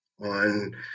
on